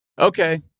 okay